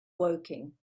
woking